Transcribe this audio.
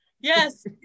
yes